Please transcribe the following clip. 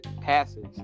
passes